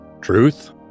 Truth